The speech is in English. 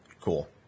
Cool